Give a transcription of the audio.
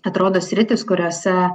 atrodo sritys kuriose